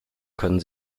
können